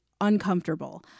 uncomfortable